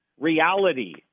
reality